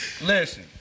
Listen